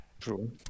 True